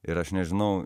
ir aš nežinau